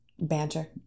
banter